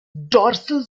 dorsal